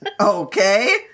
Okay